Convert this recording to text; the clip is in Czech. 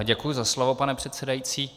Děkuji za slovo, pane předsedající.